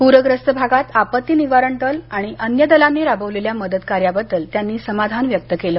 पूरग्रस्त भागात आपत्ती निवारण दल आणि अन्य दलांनी राबवलेल्या मदत कार्याबद्दल त्यांनी समाधान व्यक्त केलं